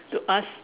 to ask